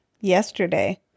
yesterday